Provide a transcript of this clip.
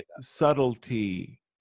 subtlety